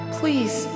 please